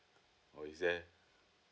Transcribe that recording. or is there